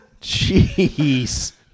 jeez